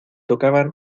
tocaban